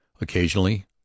occasionally